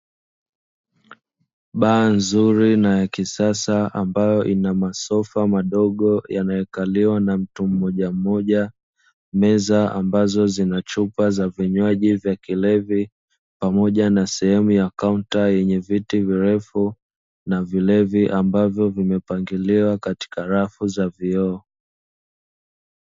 Baa nzuri na ya kisasa, ambayo ina masofa madogo yanayokaliwa mtu mmojammoja, meza ambazo zina chupa za vinywaji vya kilevi pamoja na sehemu ya kaunta yenye viti virefu na vilevi ambavyo vimepangiliwa katika rafu za vioo.